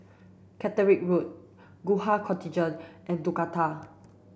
Caterick Road Gurkha Contingent and Dakota